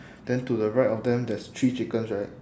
then to the right of them there's three chickens right